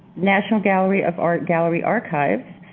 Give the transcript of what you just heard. national gallery of art gallery archives,